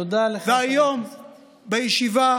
והיום בישיבה,